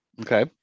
Okay